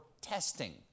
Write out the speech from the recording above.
testing